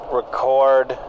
record